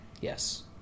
yes